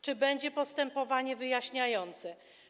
Czy będzie postępowanie wyjaśniające?